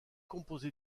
composé